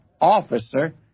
officer